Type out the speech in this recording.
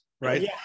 Right